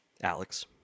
Alex